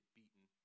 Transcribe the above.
beaten